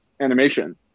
animation